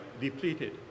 depleted